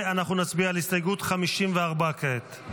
אנחנו נצביע על הסתייגות 54 כעת.